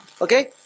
okay